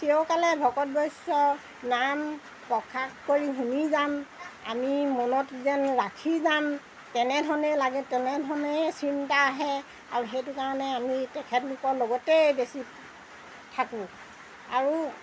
চিৰকালে ভকত বৈষ্ণৱ নাম প্ৰসাদ কৰি শুনি যাম আমি মনত যেন ৰাখি যাম তেনেধৰণেই লাগে তেনেধৰণেই চিন্তা আহে আৰু সেইটো কাৰণে আমি তেখেতলোকৰ লগতেই বেছি থাকোঁ আৰু